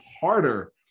harder